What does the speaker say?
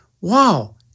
wow